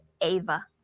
AVA